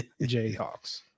jayhawks